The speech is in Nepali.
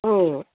अँ